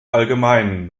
allgemeinen